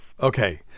Okay